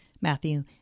Matthew